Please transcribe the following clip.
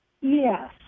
Yes